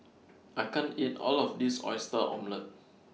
I can't eat All of This Oyster Omelette